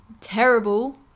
terrible